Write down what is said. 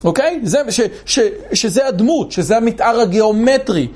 אוקיי? שזה הדמות, שזה המתאר הגיאומטרי.